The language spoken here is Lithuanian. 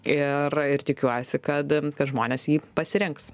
ir ir tikiuosi kad kad žmonės jį pasirinks